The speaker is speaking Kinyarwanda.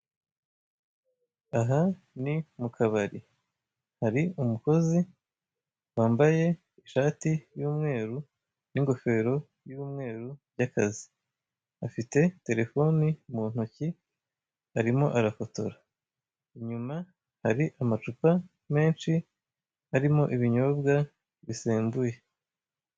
Aha ni mu kabari. Hari umukozi wambaye ishati y'umweru n'ingofero y'umweru y'akazi, afite telefoni mu ntoki arimo arafotora; inyuma hari amacupa menshi arimo ibinyobwa bisembuye.